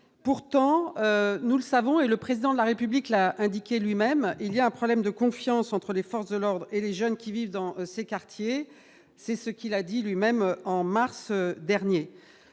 pourtant, nous le savons et le président de la République l'a indiqué lui-même, il y a un problème de confiance entre les forces de l'ordre et les jeunes qui vivent dans ces quartiers, c'est ce qu'il l'a dit lui-même, en mars dernier,